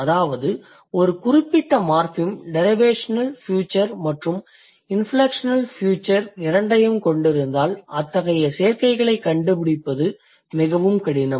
அதாவது ஒரு குறிப்பிட்ட மார்ஃபிம் டிரைவேஷனல் ஃபியூச்சர் மற்றும் இன்ஃப்லெக்ஷனல் ஃபியூச்சர் இரண்டையும் கொண்டிருந்தால் அத்தகைய சேர்க்கைகளைக் கண்டுபிடிப்பது மிகவும் கடினம்